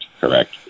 Correct